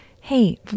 hey